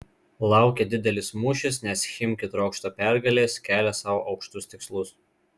laukia didelis mūšis nes chimki trokšta pergalės kelia sau aukštus tikslus